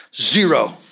Zero